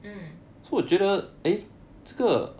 mm